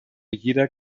jeder